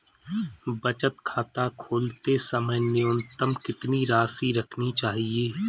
बचत खाता खोलते समय न्यूनतम कितनी राशि रखनी चाहिए?